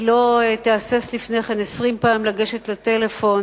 היא לא תהסס לפני כן עשרים פעם לגשת לטלפון,